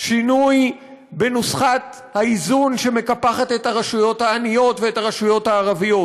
שינוי בנוסחת האיזון שמקפחת את הרשויות העניות ואת הרשויות הערביות,